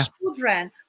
children